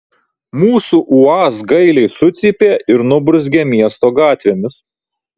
mūsų uaz gailiai sucypė ir nuburzgė miesto gatvėmis